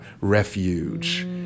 refuge